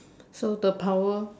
so the power